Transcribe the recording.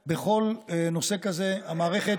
בונים דיסקינד, זיכרונו לברכה,